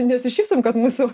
nesišypsom kad mūsų